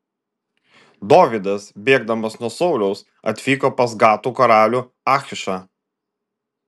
dovydas bėgdamas nuo sauliaus atvyko pas gato karalių achišą